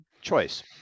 choice